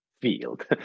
field